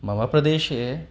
मम प्रदेशे